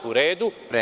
U redu.